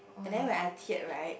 and then when I teared right